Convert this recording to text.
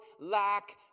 lack